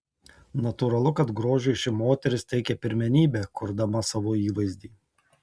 natūralu kad grožiui ši moteris teikia pirmenybę kurdama savo įvaizdį